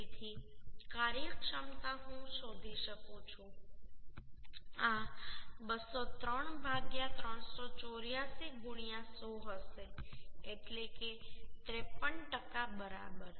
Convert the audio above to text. તેથી કાર્યક્ષમતા હું શોધી શકું છું આ 203 384 100 હશે એટલે કે 53 બરાબર